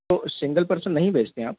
तो single person नहीं भेजते आप